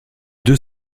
deux